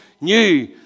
new